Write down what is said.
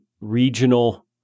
regional